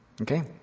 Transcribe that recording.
Okay